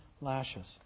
lashes